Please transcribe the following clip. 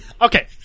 Okay